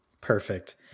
Perfect